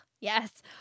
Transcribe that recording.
yes